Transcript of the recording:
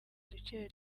duke